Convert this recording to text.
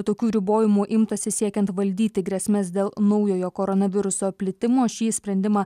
tokių ribojimų imtasi siekiant valdyti grėsmes dėl naujojo koronaviruso plitimo šį sprendimą